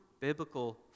biblical